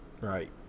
Right